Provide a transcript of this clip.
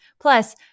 Plus